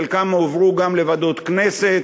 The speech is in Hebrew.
חלקם הועברו גם לוועדות הכנסת,